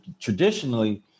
Traditionally